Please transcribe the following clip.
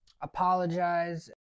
apologize